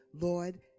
lord